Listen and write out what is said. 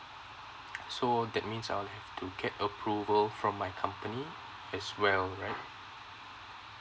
so that means I 'll have to get approval from my company as well right